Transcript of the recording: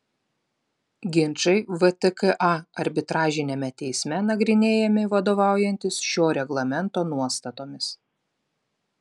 ginčai vtka arbitražiniame teisme nagrinėjami vadovaujantis šio reglamento nuostatomis